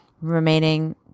remaining